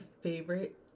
favorite